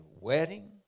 wedding